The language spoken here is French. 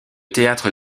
théâtre